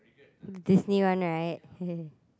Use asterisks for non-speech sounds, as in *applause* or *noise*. Disney One right *laughs*